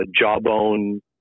Jawbone